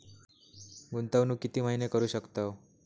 गुंतवणूक किती महिने करू शकतव?